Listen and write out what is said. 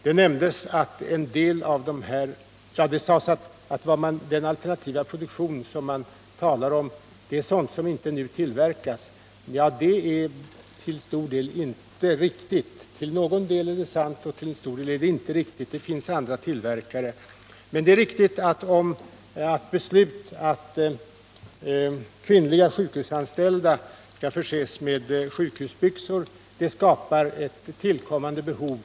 Det sades att alternativproduktionen gäller sådant som inte tillverkas f. n. Till någon del är detta sant, men till stor del är det inte riktigt. Det finns andra tillverkare. Men det är riktigt att beslut att kvinnliga sjukhusanställda skall förses med sjukhusbyxor skapar ett tillkommande behov.